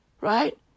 Right